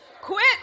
Quit